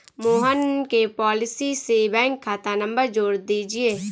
मोहन के पॉलिसी से बैंक खाता नंबर जोड़ दीजिए